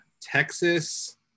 Texas